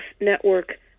network